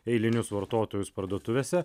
eilinius vartotojus parduotuvėse